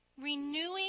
renewing